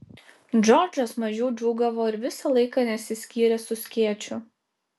džordžas mažiau džiūgavo ir visą laiką nesiskyrė su skėčiu